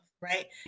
right